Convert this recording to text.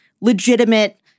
legitimate